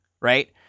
Right